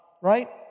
Right